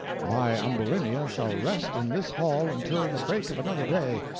my ambulinia shall rest in this hall until the break of another day,